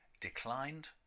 declined